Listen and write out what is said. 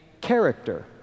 Character